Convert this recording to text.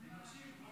אני מקשיב לכל מילה.